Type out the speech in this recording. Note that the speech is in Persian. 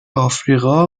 آفریقا